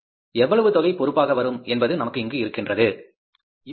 எவ்வளவு தொகை பொறுப்பாக வரும் என்பது நமக்கு இங்கு இருக்கின்றது